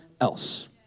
else